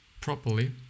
properly